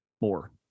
more